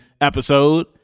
episode